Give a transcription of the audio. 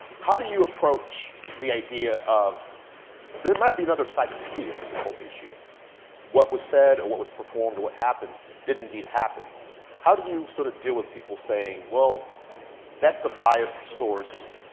how do you approach the idea of there might be another side to see of this whole issue what was said or what was performed or what happened did indeed happen how do you sort of deal with people saying, well that's a biased source,